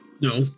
No